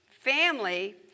family